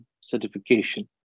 certification